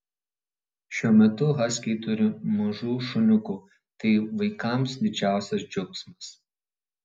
šiuo metu haskiai turi mažų šuniukų tai vaikams didžiausias džiaugsmas